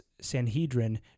Sanhedrin